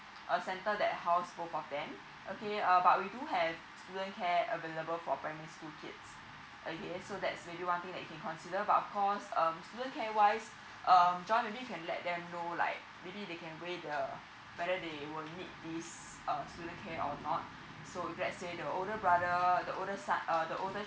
uh center that house both for them okay uh but we do have student care available for primary school kids okay so that's maybe one thing that you can be consider but of course um student care wise uh john maybe you can let them know like maybe they can the whether they will need this uh student care or not so if let's say the older brother the older son uh the older